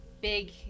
big